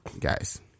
Guys